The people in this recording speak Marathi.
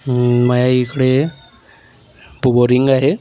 माझ्या इकडे बोरिंग आहे